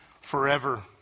forever